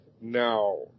Now